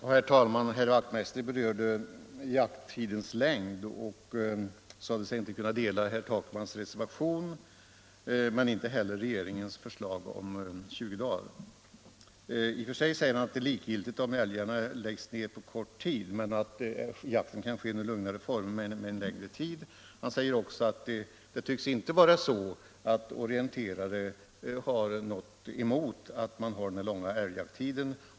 Herr talman! Herr Wachtmeister berörde jakttidens längd och sade sig inte kunna dela herr Takmans reservation men inte heller regeringens förslag om 20 dagar. Han säger, att det i och för sig är likgiltigt om älgarna läggs ner på kort tid men att jakten kan ske under lugnare former under en längre tid. Han säger också att det tycks inte vara så att orienterare har någonting emot att man har denna långa älgjakttid.